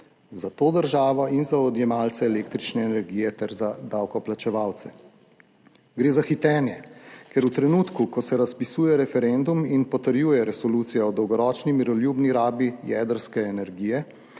za to državo in za odjemalce električne energije ter za davkoplačevalce. Gre za hitenje, ker v trenutku, ko se razpisuje referendum in potrjuje Resolucija o dolgoročni miroljubni rabi jedrske energije